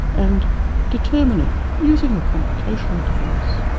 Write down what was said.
and determining, using a computational device,